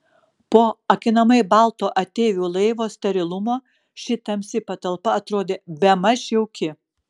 po akinamai balto ateivių laivo sterilumo ši tamsi patalpa atrodė bemaž jauki